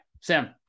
Sam